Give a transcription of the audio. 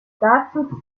dazu